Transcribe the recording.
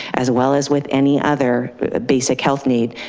as well as with any other basic health need,